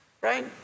right